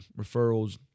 referrals